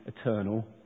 eternal